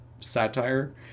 Satire